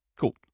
Cool